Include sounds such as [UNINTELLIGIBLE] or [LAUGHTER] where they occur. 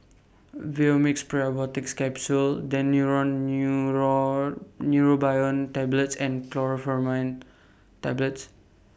Vivomixx Probiotics Capsule Daneuron [UNINTELLIGIBLE] Neurobion Tablets and Chlorpheniramine Tablets